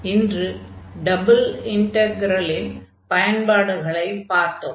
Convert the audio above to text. ஆகையால் இன்று டபுள் இன்டக்ரலின் பயன்பாடுகளைப் பார்த்தோம்